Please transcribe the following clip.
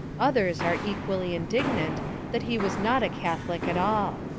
others are equally in dignant that he was not a catholic at all.